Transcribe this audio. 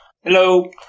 Hello